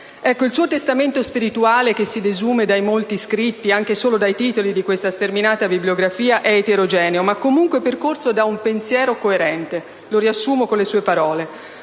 Il suo testamento spirituale, che si desume dai molti scritti, anche solo dai titoli di questa sterminata bibliografia, è eterogeneo ma comunque percorso da un pensiero coerente. Lo riassumo con le sue parole: